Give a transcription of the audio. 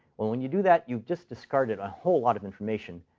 when when you do that, you just discarded a whole lot of information.